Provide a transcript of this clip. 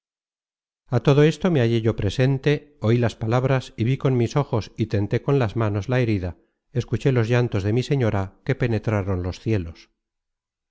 a todo esto me hallé yo presente oí las palabras y vi con mis ojos y tenté con las manos la herida escuché los llantos de mi señora que penetraron los cielos